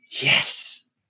Yes